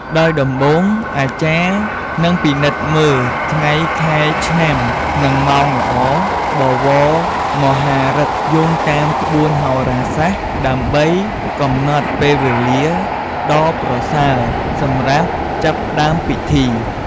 ដោយដំបូងអាចារ្យនឹងពិនិត្យមើល ថ្ងៃ ខែ ឆ្នាំ និងម៉ោងល្អ បវរមហាឫក្ស យោងតាមក្បួនហោរាសាស្ត្រ ដើម្បីកំណត់ពេលវេលាដ៏ប្រសើរសម្រាប់ចាប់ផ្តើមពិធី។